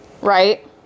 Right